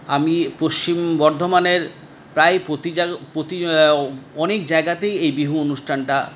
আমি পশ্চিম বর্ধমানের প্রায় প্রতি জায় প্রতি অনেক জায়গাতেই এই বিহু অনুষ্ঠানটা